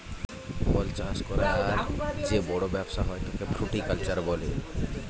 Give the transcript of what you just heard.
ফল চাষ করার যে বড় ব্যবসা হয় তাকে ফ্রুটিকালচার বলে